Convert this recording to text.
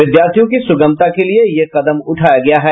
विद्यार्थियों की सुगमता के लिए यह कदम उठाया गया है